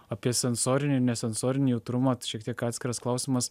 apie sensorinį nesensorinį jautrumą šiek tiek atskiras klausimas